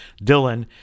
Dylan